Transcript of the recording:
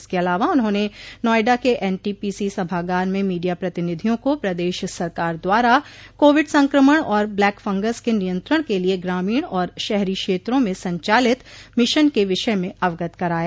इसके अलावा उन्होंने नोएडा के एनटीपीसी सभागार में मीडिया प्रतिनिधियों को प्रदेश सरकार द्वारा कोविड संक्रमण और ब्लैक फंगस के नियंत्रण के लिये ग्रामीण और शहरी क्षेत्रों में संचालित मिशन के विषय में अवगत कराया